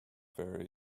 very